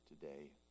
today